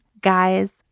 Guys